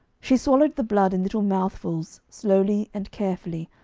she swallowed the blood in little mouthfuls, slowly and carefully,